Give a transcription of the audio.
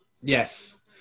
Yes